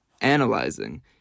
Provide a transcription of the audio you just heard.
analyzing